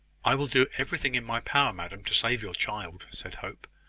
i will do everything in my power, madam, to save your child, said hope.